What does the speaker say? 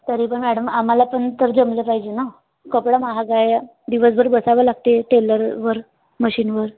तरी पण मॅडम आम्हाला पण तर जमलं पाहिजे ना कपडा महाग आहे दिवसभर बसावं लागते टेलरवर मशीनवर